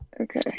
Okay